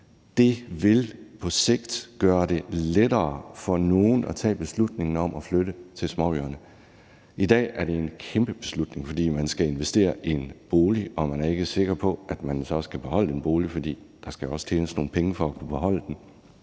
Det vil på sigt gøre det lettere for nogle at tage beslutningen om at flytte til småøerne. I dag er det en kæmpe beslutning, fordi man skal investere i en bolig og man ikke er sikker på, at man så også kan beholde den, fordi der jo også skal tjenes nogle penge for at kunne beholde den.